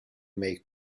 make